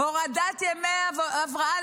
הורדת ימי הבראה,